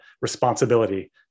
responsibility